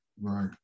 Right